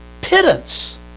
pittance